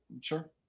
Sure